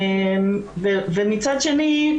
מצד שני,